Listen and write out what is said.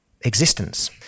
existence